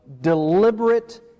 deliberate